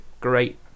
great